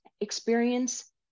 experience